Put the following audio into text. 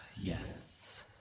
Yes